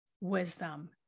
wisdom